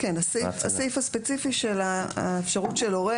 הסעיף הספציפי של האפשרות של הורה